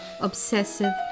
obsessive